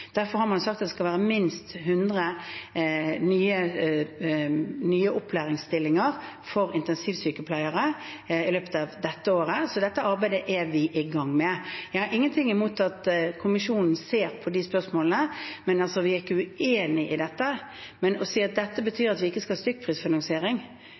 Derfor har man sagt at det skal være minst hundre nye opplæringsstillinger for intensivsykepleiere i løpet av dette året. Så dette arbeidet er vi i gang med. Jeg har ingenting imot at kommisjonen ser på de spørsmålene, vi er ikke uenig i dette, men å si at dette